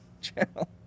channel